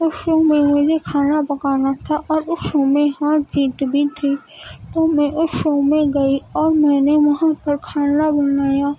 اس show میں مجھے کھانا پکانا تھا اور اس شو میں ہر چیز بھی تھی تو میں اس شو میں گئی اور میں نے وہاں پر کھانا بنایا